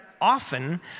often